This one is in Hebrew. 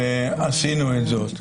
עשינו זאת.